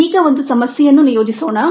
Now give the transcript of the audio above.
ಈಗ ಒಂದು ಸಮಸ್ಯೆಯನ್ನು ನಿಯೋಜಿಸೋಣ